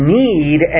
need